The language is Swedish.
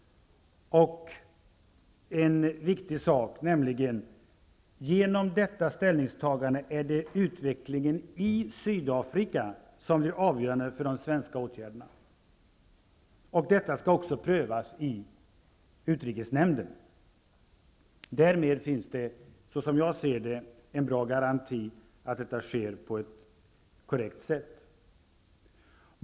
Genom detta ställningstagande är det utvecklingen i Sydafrika som blir avgörande för de svenska åtgärderna -- det är en viktig sak -- och detta skall också prövas i utrikesnämnden. Därmed finns det, såsom jag ser det, en bra garanti för att detta sker på ett korrekt sätt.